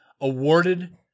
awarded